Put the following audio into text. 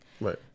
Right